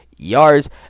yards